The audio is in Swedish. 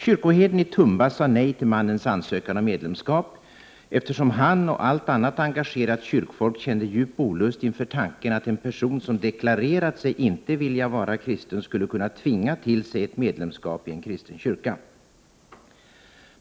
Kyrkoherden i Tumba sade nej till mannens ansökan om medlemskap, eftersom han och allt annat engagerat kyrkfolk kände djup olust inför tanken att en person som deklarerat sig inte vilja vara kristen skulle kunna tvinga till sig ett medlemskap i en kristen kyrka.